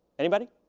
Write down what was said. anybody?